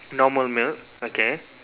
normal milk okay